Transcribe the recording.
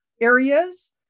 areas